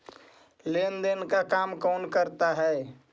लेन देन का काम कौन करता है?